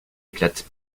éclate